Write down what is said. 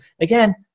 Again